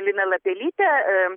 lina lapelytė